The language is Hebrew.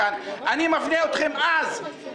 אני ביקשתי מהוועדה הזאת פטור מחובת הנחה לפני חודש,